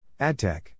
AdTech